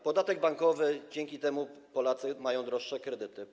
Podatek bankowy - dzięki temu Polacy mają droższe kredyty.